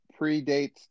predates